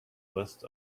list